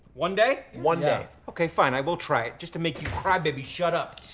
one day? one day. okay, fine. i will try it just to make you crybabies shut up.